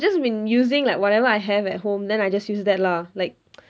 just been using like whatever I have at home then I just use that lah like